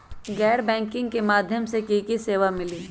गैर बैंकिंग के माध्यम से की की सेवा मिली?